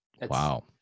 Wow